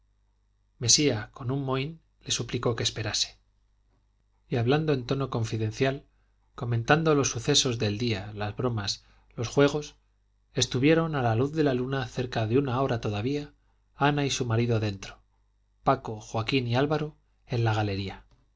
mesía con un mohín le suplicó que esperase y hablando en tono confidencial comentando los sucesos del día las bromas los juegos estuvieron a la luz de la luna cerca de una hora todavía ana y su marido dentro paco joaquín y álvaro en la galería